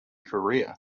korea